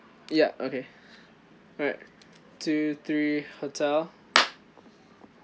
ya okay alright two three hotel